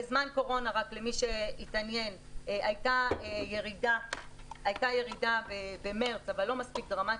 בזמן קורונה למי שהתעניין הייתה ירידה במרס אבל לא מספיק דרמטית.